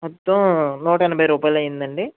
మొత్తం నూట ఎనభై రూపాయలయ్యిందండి